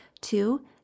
two